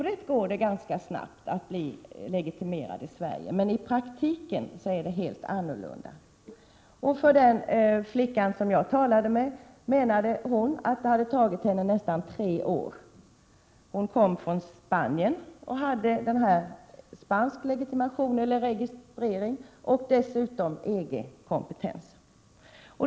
Det går ganska snabbt att på papperet bli legitimerad i Sverige, socialministern, men i praktiken är det helt annorlunda. Den flicka som jag talade med menade att det hade tagit henne nästan tre år. Hon kom från Spanien och hade spansk legitimation eller registrering och dessutom EG-kompetens.